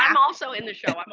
um also in the show.